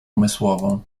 umysłową